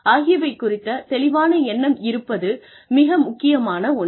ஆகியவை குறித்த தெளிவான எண்ணம் இருப்பது மிக முக்கியமான ஒன்று